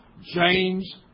James